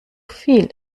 viel